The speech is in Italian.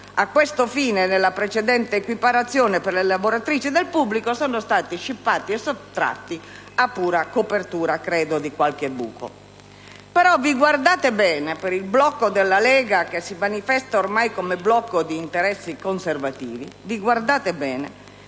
a tale fine nella precedente equiparazione per le lavoratrici del pubblico sono stati scippati e sottratti a pura copertura, credo, di qualche buco. Però vi guardate bene, per il blocco della Lega, che si manifesta ormai come blocco di interessi conservativi, dal seguire